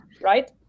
right